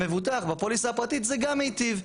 למבוטח בפליסה הפרטית זה גם מיטיב,